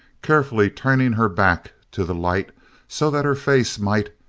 carefully turning her back to the light so that her face might,